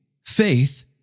faith